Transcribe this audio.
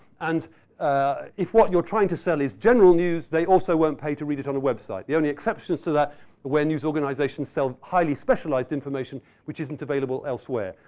and if what you're trying to sell is general news, they also won't pay to read it on a website. the only exceptions to that are when news organizations sell highly specialized information which isn't available elsewhere.